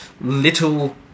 little